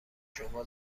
شما